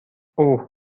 اوه